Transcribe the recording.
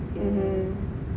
mmhmm